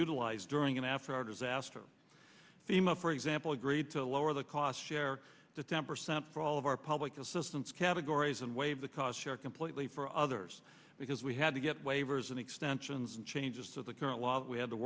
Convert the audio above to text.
utilized during and after our disaster fema for example agreed to lower the cost share that ten percent for all of our public assistance categories and waive the cause share completely for others because we had to get waivers and extensions and changes to the